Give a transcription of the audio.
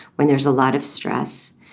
when there's a lot of stress,